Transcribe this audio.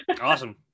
Awesome